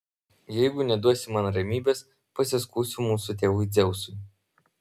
jeigu neduosi man ramybės pasiskųsiu mūsų tėvui dzeusui